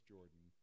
Jordan